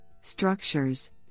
structures